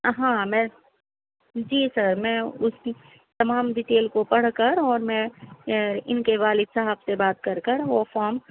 ہاں میں جی سر میں اُس کی تمام ڈٹیل کو پڑھ کر اور میں اِن کے والد صاحب سے بات کر کر وہ فام